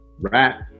rap